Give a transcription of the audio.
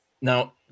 Now